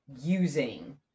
using